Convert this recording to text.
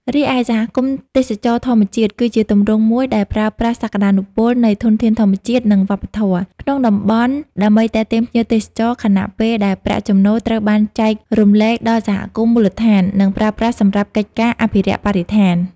រីឯសហគមន៍ទេសចរណ៍ធម្មជាតិ គឺជាទម្រង់មួយដែលប្រើប្រាស់សក្ដានុពលនៃ ធនធានធម្មជាតិ និង វប្បធម៌ ក្នុងតំបន់ដើម្បីទាក់ទាញភ្ញៀវទេសចរ ខណៈពេលដែលប្រាក់ចំណូលត្រូវបានចែករំលែកដល់សហគមន៍មូលដ្ឋាន និងប្រើប្រាស់សម្រាប់កិច្ចការអភិរក្សបរិស្ថាន។